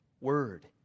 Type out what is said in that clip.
word